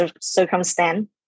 circumstance